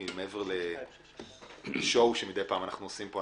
כי מעבר לשואו שמדי פעם אנחנו עושים פה,